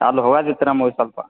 ಅಲ್ಲಿ ಹೋಗದಿತ್ತು ನಮ್ಗೆ ಸ್ವಲ್ಪ